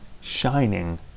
shining